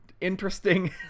interesting